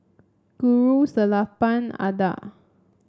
Guru Sellapan Atal